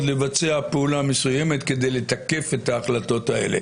לבצע פעולה מסוימת כדי לתקף את ההחלטות האלה.